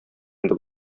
инде